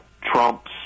Trump's